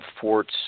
forts